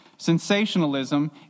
sensationalism